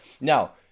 Now